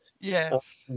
Yes